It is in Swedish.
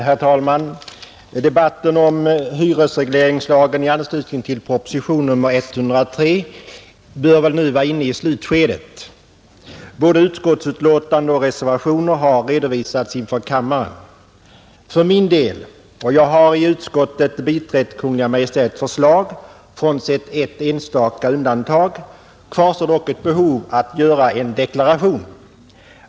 Herr talman! Debatten om hyresregleringslagen i anslutning till propositionen 103 bör väl nu vara inne i slutskedet. Både utskottsbetänkandet och reservationerna har redovisats inför kammaren. För min del — jag har i utskottet biträtt Kungl. Maj:ts förslag frånsett ett enstaka undantag — kvarstår dock ett behov av att göra en deklaration.